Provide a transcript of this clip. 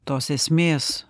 tos esmės